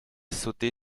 sauté